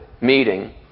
meeting